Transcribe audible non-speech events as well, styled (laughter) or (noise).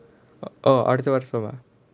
(noise) orh அடுத்த வருஷமா:adutha varushamaa